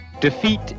Defeat